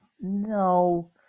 No